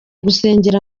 gusengera